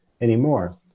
anymore